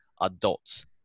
adults